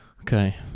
Okay